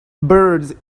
buried